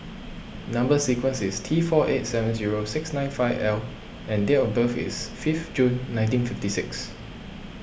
Number Sequence is T four eight seven zero six nine five L and date of birth is fifth June nineteen fifty six